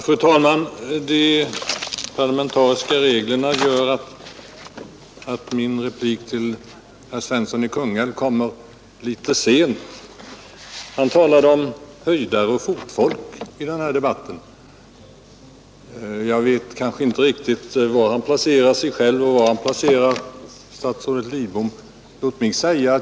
Fru talman! De parlamentariska reglerna gör att min replik till herr Svensson i Kungälv kommer litet sent. Han talade om höjdare och fotfolk i den här debatten. Jag vet kanske inte riktigt var han placerat sig själv och var han placerat statsrådet Lidbom.